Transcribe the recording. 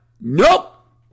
nope